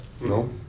No